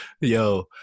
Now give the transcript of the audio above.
yo